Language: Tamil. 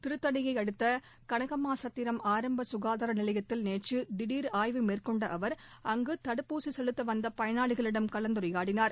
திருத்தணியை அடுத்த கனகம்மாசத்திரம் ஆரம்ப சுகாதார நிலையத்தில் நேற்று திடீர் ஆய்வு மேற்கொண்ட அவர் அங்கு தடுப்பூசி செலுத்த வந்த பயனாளிகளிடம் கலந்துரையாடினார்